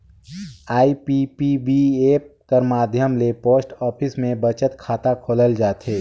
IPPB app कर माध्यम ले पोस्ट ऑफिस में बचत खाता खोलल जाथे